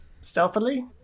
Stealthily